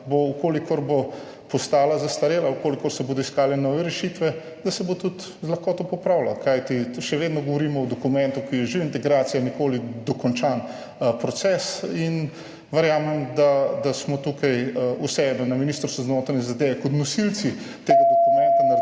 da bo, če bo postala zastarela, če se bodo iskale nove rešitve, da se bo tudi z lahkoto popravila, kajti še vedno govorimo o dokumentu, ki je že integracija, nikoli dokončan proces in verjamem, da smo tukaj vseeno na Ministrstvu za notranje zadeve kot nosilci tega dokumenta